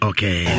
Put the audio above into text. Okay